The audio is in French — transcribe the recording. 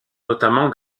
notamment